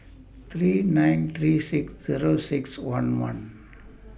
three nine three six Zero six one one